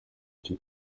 icyo